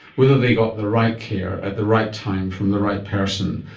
whether they got the right care at the right time from the right person.